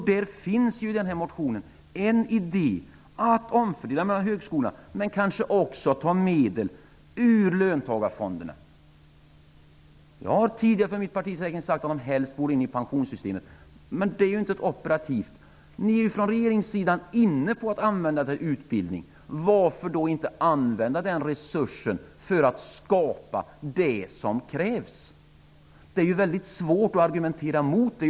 Det finns i denna motion en idé om att omfördela medel mellan högskolorna, eller att ta medel ur löntagarfonderna. Jag har tidigare för mitt partis räkning sagt att löntagarfondspengarna helst borde in i pensionssystemet, men det är inte operativt. Ni från regeringssidan är ju inne på att använda pengarna till utbildning. Varför då inte använda den resursen för att skapa det som krävs? Det är svårt att argumentera mot detta.